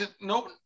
No